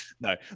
No